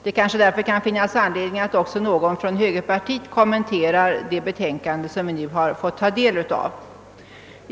Därför kan det kanske finnas anledning att också någon från högerpartiet kommenterar det betänkande som vi nu tagit del av.